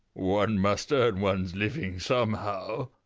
one must earn one's living somehow.